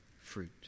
fruit